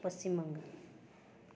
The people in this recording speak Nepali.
पश्चिम बङ्गाल